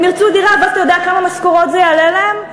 הם ירצו דירה, ואתה יודע כמה משכורות זה יעלה להם?